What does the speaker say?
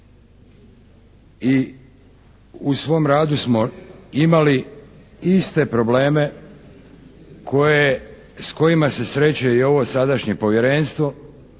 I u svom radu smo imali iste probleme koje, s kojima se sreće i ovo sadašnje Povjerenstvo.